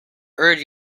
urge